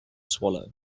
swallow